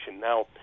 Now